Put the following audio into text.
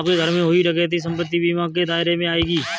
आपके घर में हुई डकैती संपत्ति बीमा के दायरे में आएगी